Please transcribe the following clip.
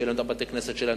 שיהיו להם בתי-הכנסת שלהם,